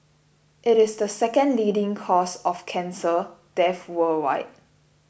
it is the second leading cause of cancer death worldwide